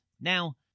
Now